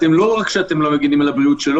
אתם טועים,